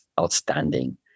outstanding